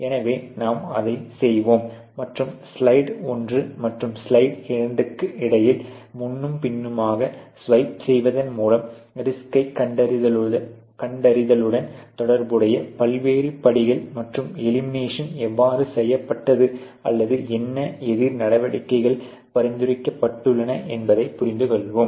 எனவே நாம் அதைச் செய்வோம் மற்றும் ஸ்லைடு ஒன்று மற்றும் ஸ்லைடு இரண்டிற்கு இடையில் முன்னும் பின்னுமாக ஸ்வைப் செய்வதன் மூலம் ரிஸ்க்கை கண்டறிதலுடன் தொடர்புடைய பல்வேறு படிகள் மற்றும் எலிமினேஷன் எவ்வாறு செய்யப்பட்டது அல்லது என்ன எதிர் நடவடிக்கைகள் பரிந்துரைக்கப்பட்டுள்ளன என்பதைப் புரிந்துகொள்வோம்